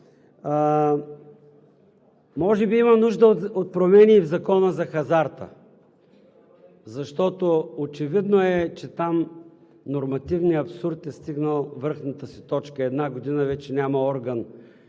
може би има нужда от промени в Закона за хазарта, защото е очевидно, че там нормативният абсурд е стигнал връхната си точка. Една година вече няма орган,